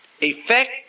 effect